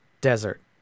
desert